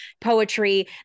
poetry